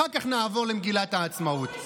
אחר כך נעבור למגילת העצמאות.